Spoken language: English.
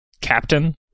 Captain